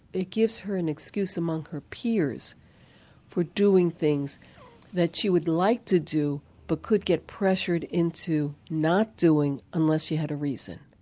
it gives her an excuse among her peers for doing things that she would like to do but could get pressured into not doing unless she had a reason.